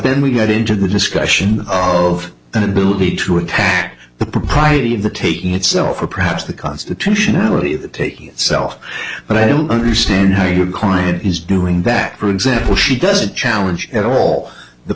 then we get into the discussion of an ability to attack the propriety of the taking itself or perhaps the constitutionality of the taking itself but i don't understand how your client is doing that for example she doesn't challenge at all the